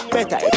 Better